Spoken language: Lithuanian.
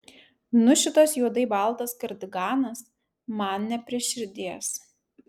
nu šitas juodai baltas kardiganas man ne prie širdies